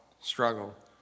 struggle